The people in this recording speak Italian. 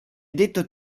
detto